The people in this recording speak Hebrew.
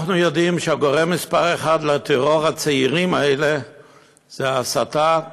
אנחנו יודעים שהגורם מספר אחת לטרור הצעירים הזה זה הסתה,